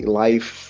life